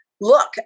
look